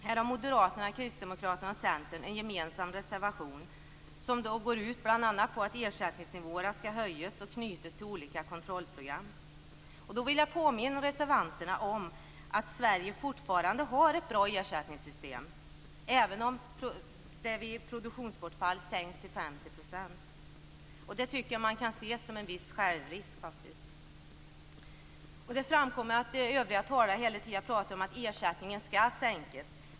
Här har Moderaterna, Kristdemokraterna och Centern en gemensam reservation som går ut på att ersättningsnivåerna skall höjas och knytas till olika kontrollprogram. Jag vill påminna reservanterna om att Sverige fortfarande har ett bra ersättningssystem även om ersättningen vid produktionsbortfall nu sänks till 50 %. Det tycker jag man kan se som en viss självrisk. Övriga talare pratar om att ersättningen skall sänkas.